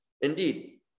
Indeed